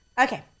Okay